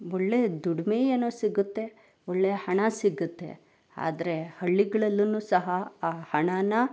ಒಳ್ಳೆಯ ದುಡಿಮೆ ಏನೋ ಸಿಗುತ್ತೆ ಒಳ್ಳೆಯ ಹಣ ಸಿಗುತ್ತೆ ಆದರೆ ಹಳ್ಳಿಗಳಲ್ಲು ಸಹ ಆ ಹಣನ